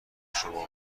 شما